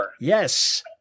Yes